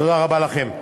תודה רבה לכם.